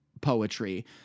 poetry